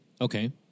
Okay